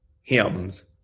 hymns